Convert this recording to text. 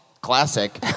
Classic